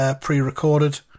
pre-recorded